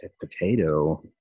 potato